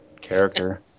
character